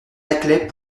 laclais